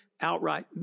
outright